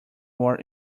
more